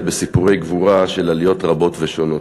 בסיפורי גבורה של עליות רבות ושונות.